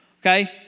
okay